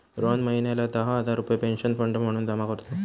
रोहन महिन्याला दहा हजार रुपये पेन्शन फंड म्हणून जमा करतो